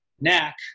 neck